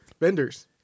vendors